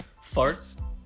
farts